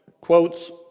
quotes